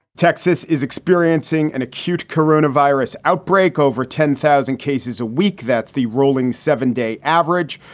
texas is experiencing an acute corona virus outbreak over ten thousand cases a week. that's the ruling seven day average.